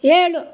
ಏಳು